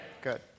Good